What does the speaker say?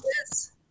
Yes